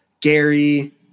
Gary